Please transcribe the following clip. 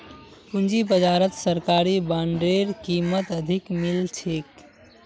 पूंजी बाजारत सरकारी बॉन्डेर कीमत अधिक मिल छेक